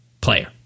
player